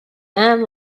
and